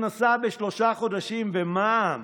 הכנסה בשלושה חודשים, ומע"מ